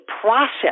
process